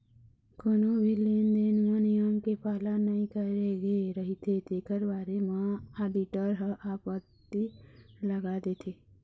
कोनो भी लेन देन म नियम के पालन नइ करे गे रहिथे तेखर बारे म आडिटर ह आपत्ति लगा देथे